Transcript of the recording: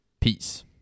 peace